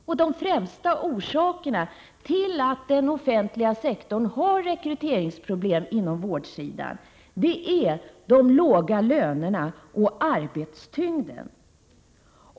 Och de främsta orsakerna till att den offentliga sektorn har rekryteringsproblem på vårdsidan är de låga lönerna och arbetets tyngd.